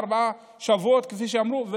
שלושה, ארבעה שבועות, כפי שאמרו.